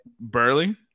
Burley